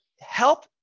help